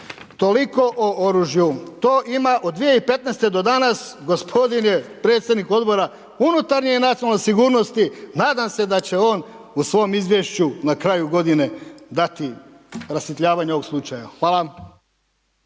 Toliko o oružju. To ima od 2015. do danas gospodin je predsjednik Odbora unutarnje i nacionalne sigurnosti, nadam se da će on u svom izvješću na kraju godine dati rasvjetljavanje ovog slučaja. Hvala.